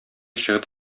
чыгып